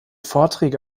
vorträge